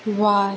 वाह